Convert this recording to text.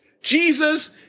Jesus